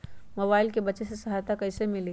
Mobile से बेचे में सहायता कईसे मिली?